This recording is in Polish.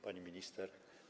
Pani Minister!